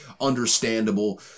understandable